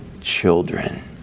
children